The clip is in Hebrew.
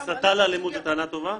הסתה לאלימות זאת טענה טובה?